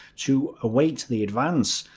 to await the advance.